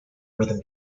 rhythm